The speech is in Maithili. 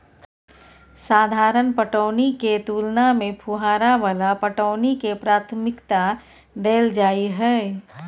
साधारण पटौनी के तुलना में फुहारा वाला पटौनी के प्राथमिकता दैल जाय हय